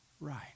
right